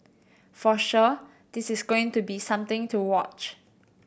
for sure this is going to be something to watch